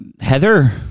Heather